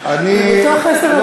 אתה לא חייב.